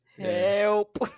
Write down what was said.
help